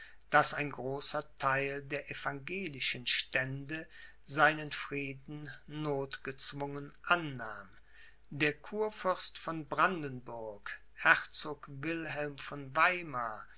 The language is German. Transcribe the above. daß ein großer theil der evangelischen stände seinen frieden nothgezwungen annahm der kurfürst von brandenburg herzog wilhelm von weimar